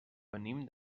venim